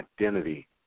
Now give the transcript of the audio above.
identity